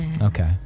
Okay